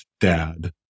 dad